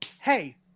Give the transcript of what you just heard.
hey